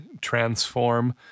transform